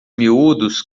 miúdos